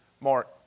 Mark